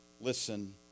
listen